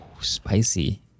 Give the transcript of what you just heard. Spicy